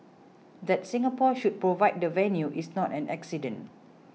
that Singapore should provide the venue is not an accident